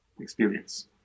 experience